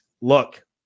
look